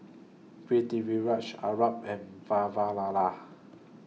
Pritiviraj Arnab and Vavilala